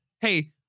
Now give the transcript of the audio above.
hey